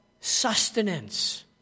sustenance